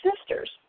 sisters